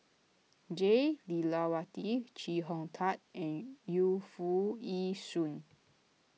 Jah Lelawati Chee Hong Tat and Yu Foo Yee Shoon